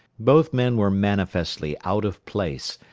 both men were manifestly out of place,